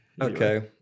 Okay